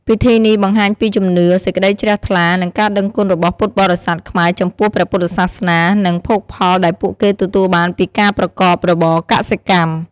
ពិធីនេះបង្ហាញពីជំនឿ សេចក្តីជ្រះថ្លា និងការដឹងគុណរបស់ពុទ្ធបរិស័ទខ្មែរចំពោះព្រះពុទ្ធសាសនា និងភោគផលដែលពួកគេទទួលបានពីការប្រកបរបរកសិកម្ម។